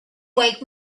wake